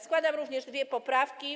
Składam również dwie poprawki.